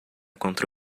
contra